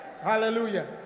Hallelujah